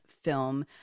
film